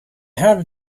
have